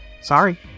Sorry